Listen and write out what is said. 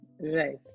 right